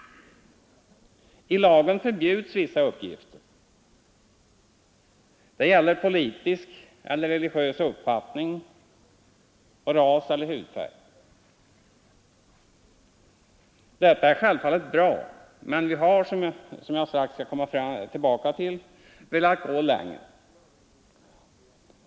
I lagen förbjuds vissa uppgifter. Det gäller politisk eller religiös uppfattning och ras eller hudfärg. Detta är självfallet bra men vi har, som jag strax skall komma tillbaka till, velat gå längre.